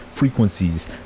frequencies